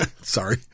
Sorry